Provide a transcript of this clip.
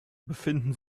befinden